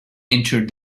entered